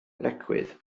lecwydd